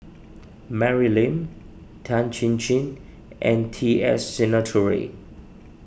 Mary Lim Tan Chin Chin and T S Sinnathuray